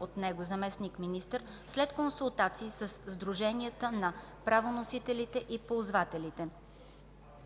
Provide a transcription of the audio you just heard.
от него заместник-министър след консултации със сдруженията на правоносителите и ползвателите.